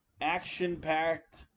action-packed